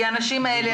כי האנשים האלה,